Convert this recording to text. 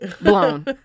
blown